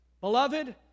Beloved